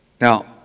Now